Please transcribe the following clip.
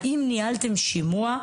האם ניהלתם שימוע?